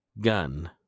gun